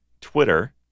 Twitter